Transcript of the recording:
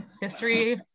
history